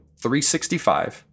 365